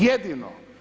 Jedino.